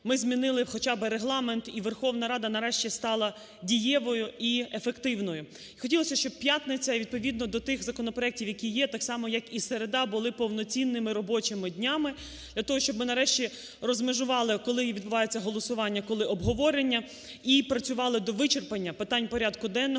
ми змінили хоча би Регламент і Верховна Рада нарешті стала дієвою і ефективною. Хотілося б, щоб п'ятниця, відповідно до тих законопроектів, які є, так само як і середа, були повноцінними робочими днями для того, щоб ми нарешті розмежували коли відбувається голосування, коли обговорення і працювали до вичерпання питань порядку денного,